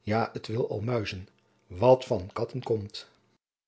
ja t wil al muizen wat van katten komt